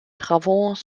travaux